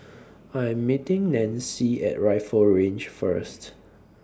I Am meeting Nanci At Rifle Range First